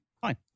Fine